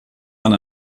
man